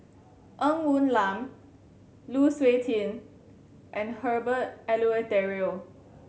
Ng Woon Lam Lu Suitin and Herbert Eleuterio